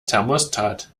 thermostat